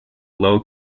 low